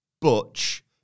Butch